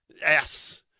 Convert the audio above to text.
Yes